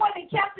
Captain